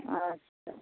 अच्छा